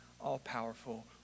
all-powerful